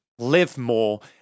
LIVEMORE